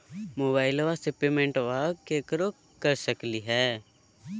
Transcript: मोबाइलबा से पेमेंटबा केकरो कर सकलिए है?